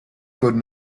could